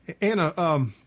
Anna